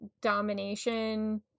domination